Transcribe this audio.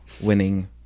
winning